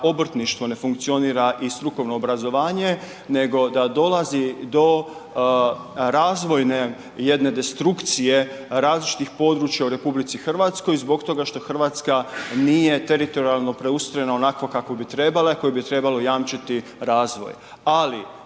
ne funkcionira i strukovno obrazovanje, nego da dolazi do razvojne jedne destrukcije različitih područja u RH zbog toga što RH nije teritorijalno preustrojena onako kako bi trebalo koji bi trebalo jamčiti razvoj,